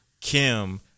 Kim